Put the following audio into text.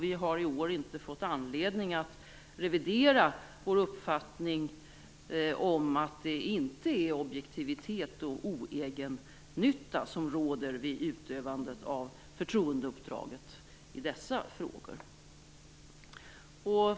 Vi har i år inte fått anledning att revidera vår uppfattning om att det inte är objektivitet och oegennytta som råder vid utövandet av förtroendeuppdraget i dessa frågor.